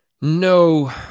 No